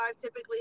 typically